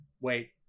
wait